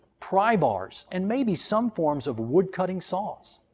pry-bars, and maybe some forms of wood-cutting saws.